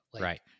right